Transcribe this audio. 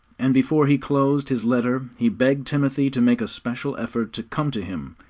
and before he closed his letter he begged timothy to make a special effort to come to him,